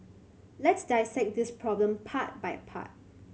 let's dissect this problem part by part